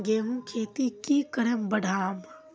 गेंहू खेती की करे बढ़ाम?